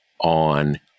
on